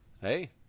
Hey